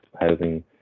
housing